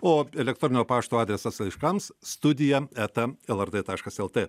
o elektroninio pašto adresas laiškams studija eta lrt taškas lt